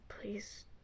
please